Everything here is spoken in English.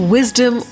Wisdom